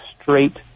straight